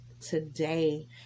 today